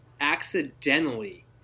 accidentally